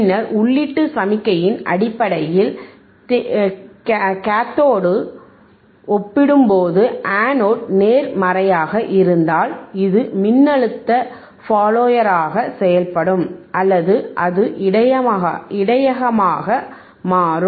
பின்னர் உள்ளீட்டு சமிக்ஞையின் அடிப்படையில் கேத்தோடோடு ஒப்பிடும்போது அனோட் நேர்மறையாக இருந்தால் இது மின்னழுத்த ஃபாலோயராக செயல்படும் அல்லது அது இடையகமாக மாறும்